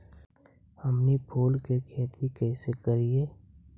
हमनी फूल के खेती काएसे करियय?